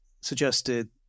suggested